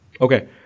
Okay